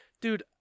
dude